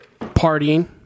partying